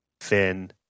finn